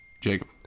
Jacob